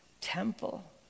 temple